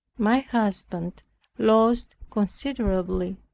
my husband lost considerably.